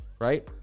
right